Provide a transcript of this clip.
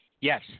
yes